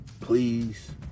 please